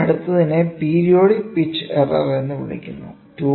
അതിനാൽ അടുത്തതിനെ periodic pitch error എന്ന് വിളിക്കുന്നു